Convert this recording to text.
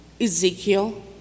Ezekiel